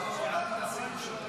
אתה מתעסק עם שוטרים?